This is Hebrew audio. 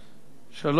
שלוש דקות.